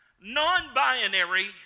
Non-binary